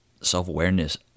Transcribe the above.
self-awareness